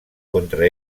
contra